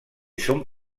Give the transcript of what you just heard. son